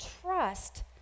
trust